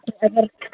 تہٕ اگر